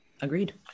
Agreed